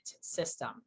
system